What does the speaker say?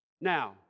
Now